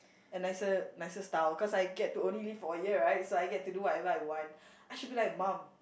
and nicer nicer style cause I get to only live for a year right so I get to do whatever I want I should be like mum